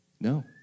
No